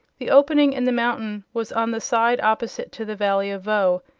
the opening in the mountain was on the side opposite to the valley of voe,